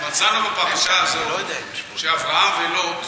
מצאנו בפרשה הזאת שאברהם ולוט,